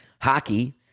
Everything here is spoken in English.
Hockey